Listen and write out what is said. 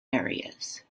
areas